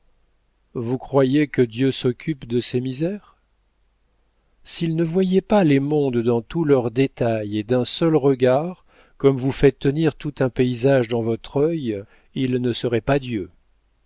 vous croyez que dieu s'occupe de ces misères s'il ne voyait pas les mondes dans tous leurs détails et d'un seul regard comme vous faites tenir tout un paysage dans votre œil il ne serait pas dieu